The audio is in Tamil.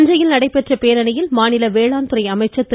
தஞ்சையில் நடைபெற்ற பேரணியில் மாநில வேளாண் துறை அமைச்சர் திரு